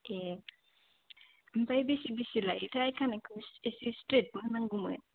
ए ओमपफ्राय बेसे बेसे लायोथाय खानायखौ एसे स्ट्रेटबो होनांगौमोन